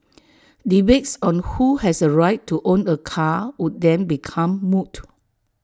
debates on who has A right to own A car would then become moot